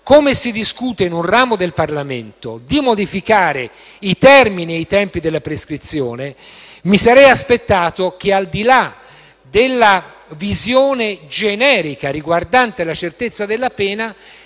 Come si discute in un ramo del Parlamento di modificare i termini e i tempi della prescrizione, mi sarei aspettato che, al di là della visione generica riguardante la certezza della pena,